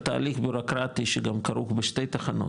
רק על תהליך בירוקרטי שגם כרוך בשתי תחנות,